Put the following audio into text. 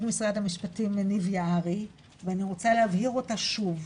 משרד המשפטים ניב יערי ואני רוצה להבהיר אותה שוב,